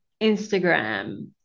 Instagram